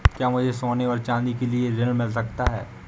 क्या मुझे सोने और चाँदी के लिए ऋण मिल सकता है?